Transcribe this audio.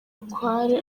bukware